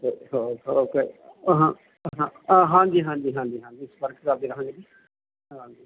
ਹਾਂ ਹਾਂ ਹਾਂਜੀ ਹਾਂਜੀ ਹਾਂਜੀ ਹਾਂਜੀ ਸੰਪਰਕ ਕਰਦੇ ਰਹਾਂਗੇ ਜੀ ਹਾਂਜੀ